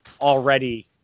already